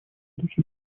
духе